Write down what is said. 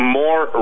more